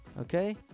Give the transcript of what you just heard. Okay